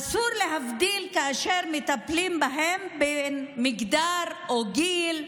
אסור להבדיל, כאשר מטפלים בהם, לפי מגדר או גיל,